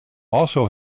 also